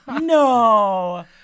No